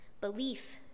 Belief